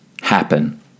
happen